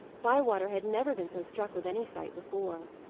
bywater had never been so struck with any sight before.